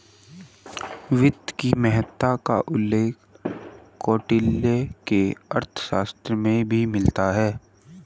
वित्त की महत्ता का उल्लेख कौटिल्य के अर्थशास्त्र में भी मिलता है